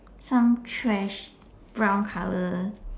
some trash brown colour